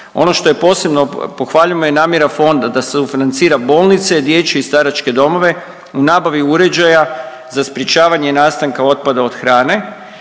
Ono što je posebno pohvaljeno je namjera fonda da se sufinancira bolnice, dječje i staračke domove u nabavi uređaja za sprječavanje nastanka otpada od hrane.